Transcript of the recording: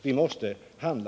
Vi måste handla.